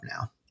now